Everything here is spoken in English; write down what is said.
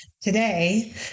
today